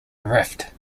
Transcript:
rift